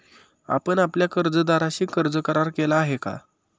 आपण आपल्या कर्जदाराशी कर्ज करार केला आहे का?